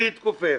להתכופף.